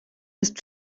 ist